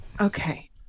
Okay